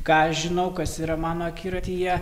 ką žinau kas yra mano akiratyje